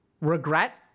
Regret